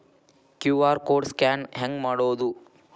QR code scan ಹೆಂಗ್ ಮಾಡೋದು?